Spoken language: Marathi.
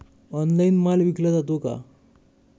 ऑनलाइन माल विकला जातो का?